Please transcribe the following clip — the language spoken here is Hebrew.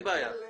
אין בעיה.